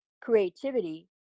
creativity